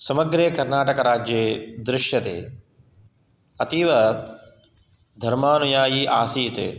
समग्रे कर्नाटकराज्ये दृश्यते अतीवधर्मानुयायी आसीत्